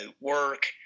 work